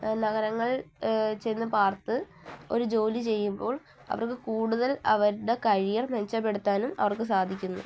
നഗരങ്ങളിൾ ചെന്ന് പാർത്ത് ഒരു ജോലി ചെയ്യുമ്പോൾ അവർക്ക് കൂടുതൽ അവരുടെ കഴിയർ മെച്ചപ്പെടുത്താനും അവർക്ക് സാധിക്കുന്നു